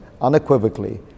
unequivocally